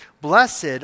Blessed